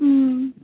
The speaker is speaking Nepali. अँ